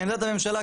עמדת הממשלה,